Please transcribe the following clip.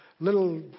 little